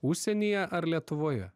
užsienyje ar lietuvoje